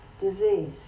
disease